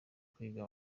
kwiga